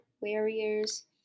warriors